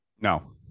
No